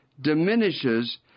diminishes